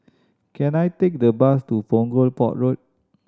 can I take a bus to Punggol Port Road